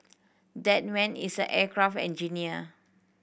that man is an aircraft engineer